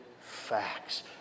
facts